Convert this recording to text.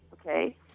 Okay